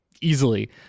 easily